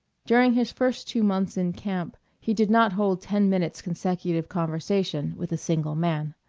during his first two months in camp he did not hold ten minutes' consecutive conversation with a single man.